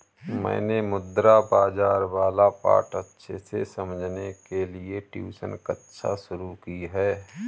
मैंने मुद्रा बाजार वाला पाठ अच्छे से समझने के लिए ट्यूशन कक्षा शुरू की है